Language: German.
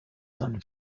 seinem